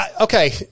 okay